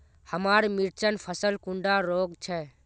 हमार मिर्चन फसल कुंडा रोग छै?